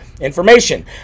information